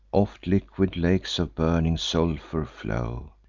oft liquid lakes of burning sulphur flow,